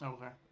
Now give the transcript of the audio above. Okay